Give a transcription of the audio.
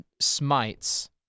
smites